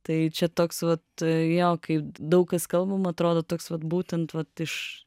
tai čia toks vat jo kaip daug kas kalbam atrodo toks vat būtent vat iš